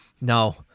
No